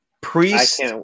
Priest